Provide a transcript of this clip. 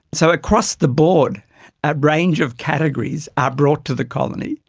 so across the board a range of categories are brought to the colony,